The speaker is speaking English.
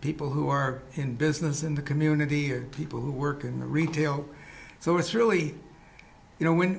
people who are in business in the community or people who work in retail so it's really you know when